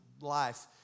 life